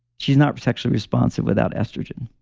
she's not sexually responsive without estrogen.